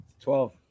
Twelve